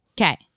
Okay